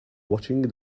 watching